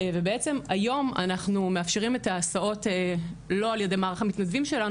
היום אנחנו מאפשרים את ההסעות לא על ידי מערך המתנדבים שלנו,